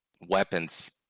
weapons